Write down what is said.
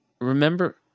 remember